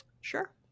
Sure